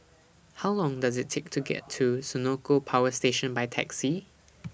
How Long Does IT Take to get to Senoko Power Station By Taxi